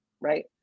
right